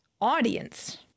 audience